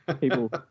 People